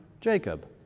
Jacob